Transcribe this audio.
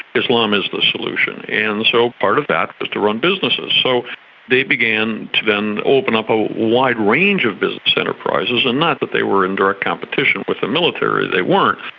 islam is the solution. and so part of that was to run businesses. so they began to then open up a wide range of business enterprises, and not that they were in direct competition with the military, they weren't,